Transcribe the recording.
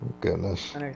Goodness